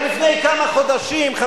רק לפני כמה חודשים,